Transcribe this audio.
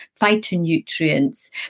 phytonutrients